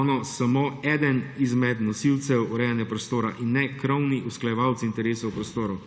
ono samo eden izmed nosilcev urejanja prostora in ne krovni usklajevalec interesov prostorov.